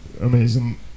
amazing